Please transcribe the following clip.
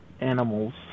animals